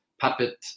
puppet